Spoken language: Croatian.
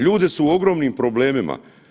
Ljudi su u ogromnim problemima.